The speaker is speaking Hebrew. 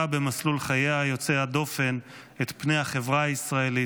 במסלול חייה יוצא הדופן את פני החברה הישראלית,